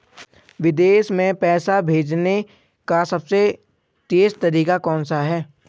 विदेश में पैसा भेजने का सबसे तेज़ तरीका कौनसा है?